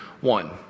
One